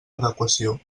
adequació